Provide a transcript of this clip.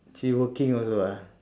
she working also ah